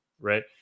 right